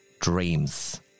Dreams